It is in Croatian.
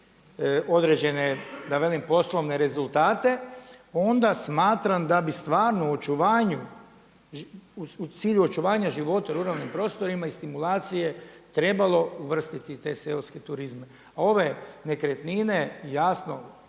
da velim poslovne rezultate onda smatram da bi stvarno u očuvanju, u cilju očuvanja života u ruralnim prostorima i stimulacije trebalo uvrstiti te seoske turizme. A ove nekretnine jasno,